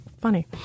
funny